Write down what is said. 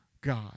God